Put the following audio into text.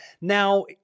Now